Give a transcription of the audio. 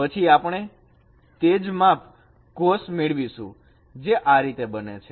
પછી આપણે તે જ માપ cos મેળવીશું જે આ રીતે બને છે